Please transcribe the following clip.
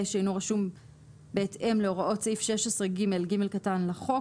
שאינו רשום בהתאם להוראות סעיף 16ג(ג) לחוק.